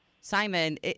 Simon